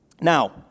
Now